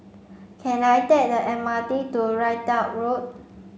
can I take the M R T to Ridout Road